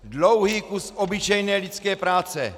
Dlouhý kus obyčejné lidské práce.